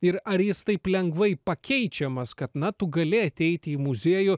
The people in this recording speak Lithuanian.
ir ar jis taip lengvai pakeičiamas kad na tu gali ateiti į muziejų